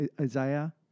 Isaiah